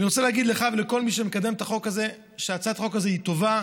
אני רוצה להגיד לך ולכל מי שמקדם את החוק הזה שהצעת החוק הזאת היא טובה,